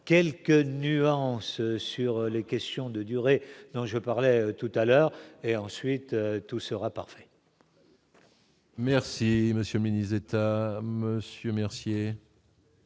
quelques nuances sur les questions de durée dont je parlais tout à l'heure et ensuite tout sera parfait. Merci monsieur mini État Monsieur Mercier.